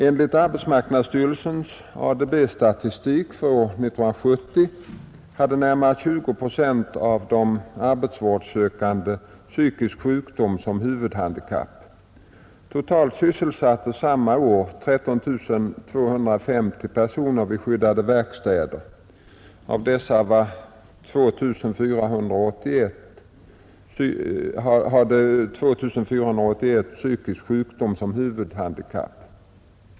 Enligt arbetsmarknadsstyrelsens ADB-statistik för år 1970 hade närmare 20 procent av de arbetsvårdssökande psykisk sjukdom som huvudhandikapp. Totalt sysselsattes samma år 13 250 personer vid skyddade verkstäder. Av dessa hade 2 481 psykisk sjukdom som huvudhandikapp.